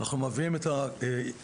אנחנו אוספים את הילדים,